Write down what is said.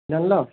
ଜାନ୍ଲ